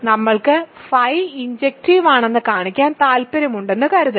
നമ്മൾക്ക് phi injective ആണെന്ന് കാണിക്കാൻ താൽപ്പര്യമുണ്ടെന്ന് കരുതുക